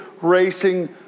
racing